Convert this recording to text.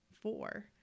four